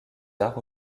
arts